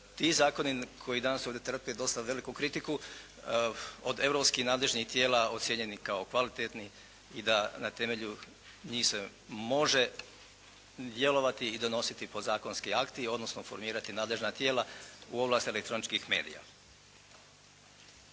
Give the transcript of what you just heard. ti zakoni koji danas ovdje trpe dosta veliku kritiku od europskih nadležnih tijela ocijenjeni kao kvalitetni i da na temelju njih se može djelovati i donositi podzakonski akti odnosno formirati nadležna tijela u ovlastima elektroničkih medija.